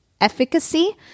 efficacy